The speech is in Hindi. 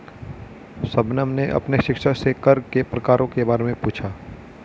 शबनम ने अपने शिक्षक से कर के प्रकारों के बारे में पूछा